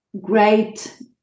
great